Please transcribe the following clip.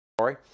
sorry